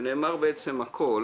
ונאמר הכול